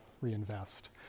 reinvest